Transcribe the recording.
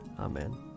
Amen